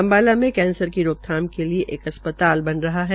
अम्बाला में कैंसर की रोकथाम के लिये एक अस्पताल बन रहा है